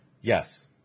Yes